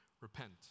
repent